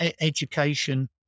education